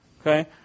Okay